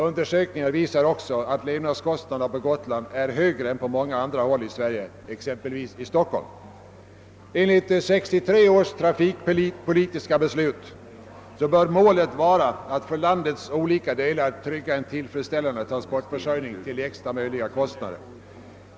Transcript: Undersökningar visar också att levnadskostnaderna på Gotland är högre än på många andra håll i Sverige, exempelvis i Stockholm. Enligt 1963 års trafikpolitiska beslut bör målet vara att för landets olika delar trygga en tillfredsställande transportförsörjning till lägsta möjliga kostnader.